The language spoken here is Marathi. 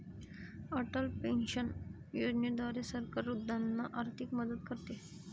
अटल पेन्शन योजनेद्वारे सरकार वृद्धांना आर्थिक मदत करते